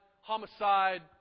homicide